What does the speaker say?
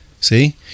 See